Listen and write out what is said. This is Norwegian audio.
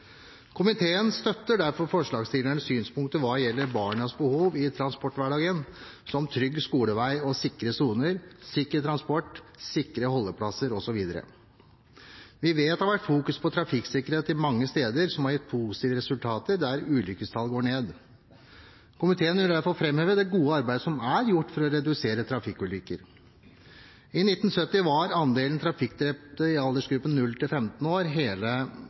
Komiteen støtter derfor forslagsstillernes synspunkter hva gjelder barnas behov i transporthverdagen, som trygg skolevei og sikre soner, sikker transport, sikre holdeplasser osv. Vi vet at det har vært fokusert på trafikksikkerhet mange steder, noe som har gitt positive resultater ved at ulykkestallene går ned. Komiteen vil derfor framheve det gode arbeidet som er gjort for å redusere antallet trafikkulykker. I 1970 var andelen trafikkdrepte i aldersgruppen 0–15 år hele